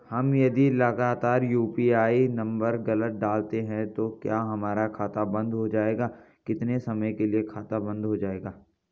हम यदि लगातार यु.पी.आई नम्बर गलत डालते हैं तो क्या हमारा खाता बन्द हो जाएगा कितने समय के लिए खाता बन्द हो जाएगा?